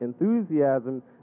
enthusiasm